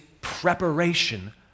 preparation